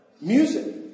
Music